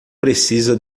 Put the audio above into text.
precisa